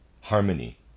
harmony